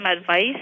advice